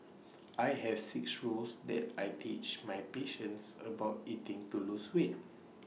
I have six rules that I teach my patients about eating to lose weight